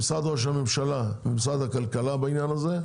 למשרד ראש הממשלה ולמשרד הכלכלה, בעניין הזה,